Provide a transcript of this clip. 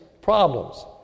problems